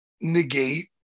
negate